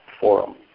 forum